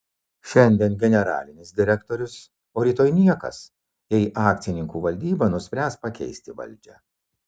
šiandien generalinis direktorius o rytoj niekas jei akcininkų valdyba nuspręs pakeisti valdžią